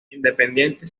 independiente